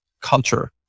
culture